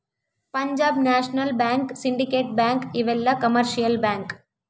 Punjab national bank syndicate bank ಇವೆಲ್ಲ commercial bank